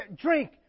drink